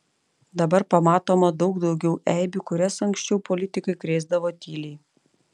dabar pamatoma daug daugiau eibių kurias anksčiau politikai krėsdavo tyliai